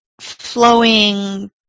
flowing